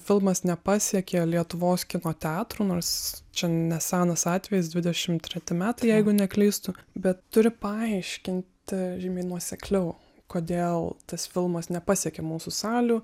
filmas nepasiekė lietuvos kino teatrų nors čia nesenas atvejis dvidešimt treti metai jeigu neklystu bet turi paaiškinti žymiai nuosekliau kodėl tas filmas nepasiekė mūsų salių